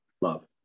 love